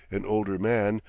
an older man,